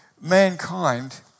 mankind